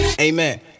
Amen